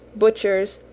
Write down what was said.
butchers',